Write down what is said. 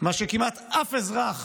מה שכמעט אף אזרח